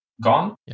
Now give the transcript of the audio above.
gone